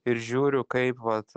ir žiūriu kaip vat